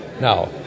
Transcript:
Now